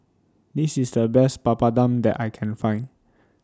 This IS The Best Papadum that I Can Find